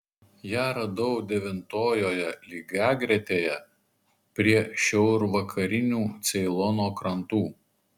ją radau devintojoje lygiagretėje prie šiaurvakarinių ceilono krantų